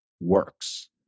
works